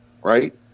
right